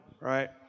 right